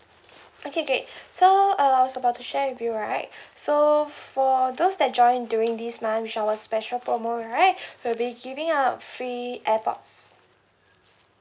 okay great so uh I was about to share with you right so for those that join during this month with our special promo right we'll be giving out free airpods